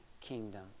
kingdom